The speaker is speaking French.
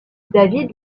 david